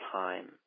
time